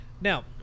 now